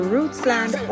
Rootsland